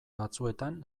batzuetan